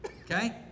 Okay